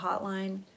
Hotline